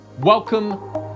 Welcome